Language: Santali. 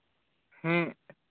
ᱦᱮᱸ